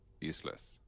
useless